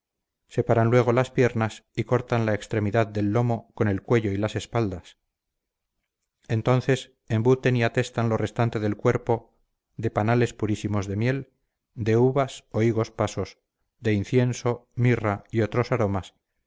separan luego las piernas y cortan la extremidad del lomo con el cuello y las espaldas entonces embuten y atestan lo restante del cuerpo de panales purísimos de miel de uvas o higos pasos de incienso mirra y otros aromas